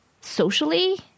socially